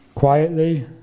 Quietly